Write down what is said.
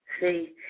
See